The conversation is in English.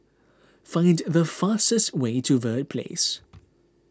find the fastest way to Verde Place